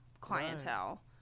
clientele